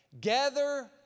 gather